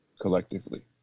collectively